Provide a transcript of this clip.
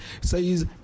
says